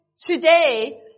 today